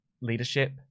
leadership